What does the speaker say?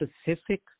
specific